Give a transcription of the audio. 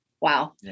Wow